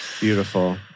Beautiful